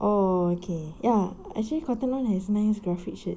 oh okay ya actually Cotton On has nice graphic shirt